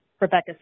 Rebecca